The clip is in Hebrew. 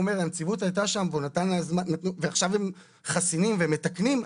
הוא אומר שהנציבות הייתה שם ועכשיו הם חסינים ומתקנים,